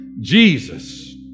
Jesus